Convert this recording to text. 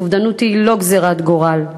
אובדנות היא לא גזירת גורל.